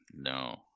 No